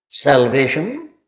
Salvation